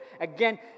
again